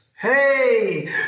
Hey